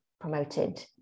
promoted